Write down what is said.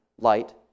light